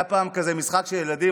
היה פעם משחק של ילדים,